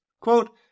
Quote